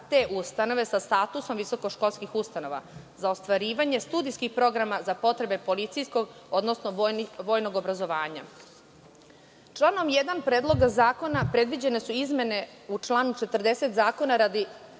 te ustanove sa statusom visokoškolskih ustanova za ostvarivanje studijskih programa za potrebe policijskog, odnosno vojnog obrazovanja. Članom 1. Predloga zakona predviđene su izmene u članu 40. Zakona radi